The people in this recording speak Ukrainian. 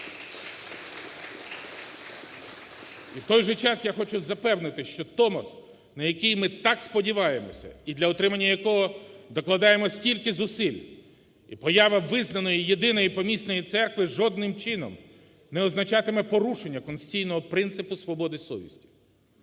І в той час, я хочу запевнити, що Томос, на який ми так сподіваємося і для отримання якого докладаємо стільки зусиль, і поява визнаної Єдиної Помісної Церкви жодним чином не означатиме порушення конституційного принципу свободи совісті.